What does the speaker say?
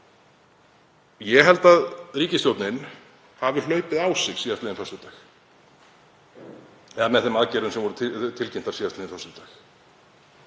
Ég held að ríkisstjórnin hafi hlaupið á sig síðastliðinn föstudag, eða með þeim aðgerðum sem voru tilkynntar síðastliðinn föstudag,